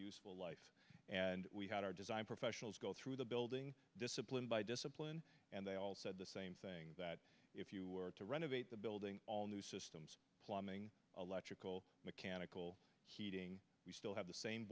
there and we had our design professionals go through the building discipline by discipline and they all said the same thing that if you were to renovate the building all new systems plumbing electrical mechanical heating we still have the same